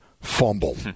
fumble